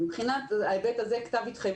אז אמרתי, יש כתב התחייבות.